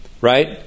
right